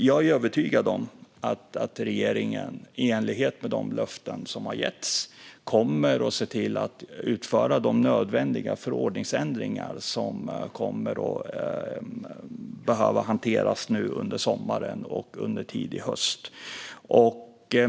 Jag är övertygad om att regeringen i enlighet med de löften som har getts kommer att se till att utföra de nödvändiga förordningsändringar som kommer att behöva hanteras nu under sommaren och under tidig höst.